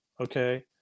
okay